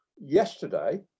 yesterday